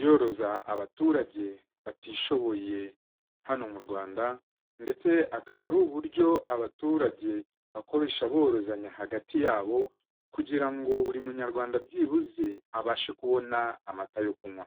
yoroza abaturage batishoboye hano mu Rwanda ndetse akaba ari uburyo abaturage bakoresha borozanya hagati yabo kugira ngo buri Munyarwanda byibuze abashe kubona amata yo kunywa.